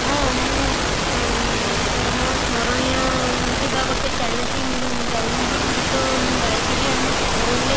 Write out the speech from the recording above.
ହଁ ମୁଁ ମୋ ସ୍ମରଣୀୟ ଥିବା ଗୋଟେ ଚ୍ୟାଲେଚିଂ ଚ୍ୟାଲେଞ୍ଜିଙ୍ଗ୍ ଗୀତ ମୁଁ ଗାଇଥିଲି ଆମ ସ୍କୁଲରେ